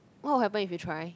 what will happen if you try